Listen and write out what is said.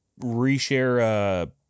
reshare